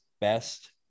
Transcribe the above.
best –